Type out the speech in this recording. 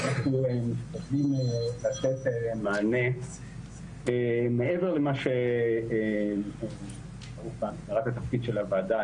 ואנחנו עובדים לתת מענה מעבר להגדרת התפקיד של הוועדה.